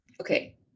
Okay